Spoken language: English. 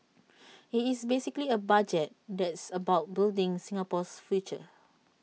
IT is basically A budget that's about building Singapore's future